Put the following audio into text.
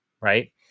Right